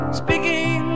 speaking